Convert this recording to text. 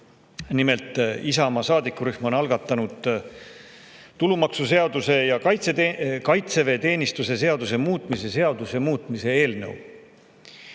toeta! Nimelt, Isamaa saadikurühm on algatanud tulumaksuseaduse ja kaitseväeteenistuse seaduse muutmise seaduse muutmise eelnõu,